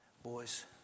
Boys